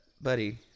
buddy